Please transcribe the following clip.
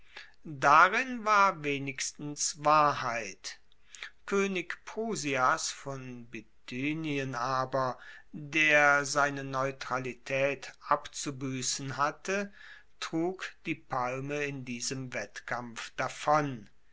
darin war wenigstens wahrheit koenig prusias von bithynien aber der seine neutralitaet abzubuessen hatte trug die palme in diesem wettkampf davon